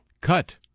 cut